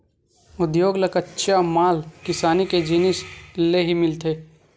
उद्योग ल कच्चा माल किसानी के जिनिस ले ही मिलथे